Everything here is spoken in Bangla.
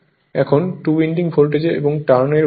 এখন টু উইন্ডিং ভোল্টেজ এবং টার্ন এর অনুপাত